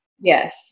Yes